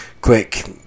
quick